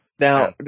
Now